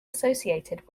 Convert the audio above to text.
associated